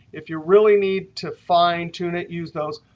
if you really need to fine-tune it, use those.